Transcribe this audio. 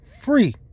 free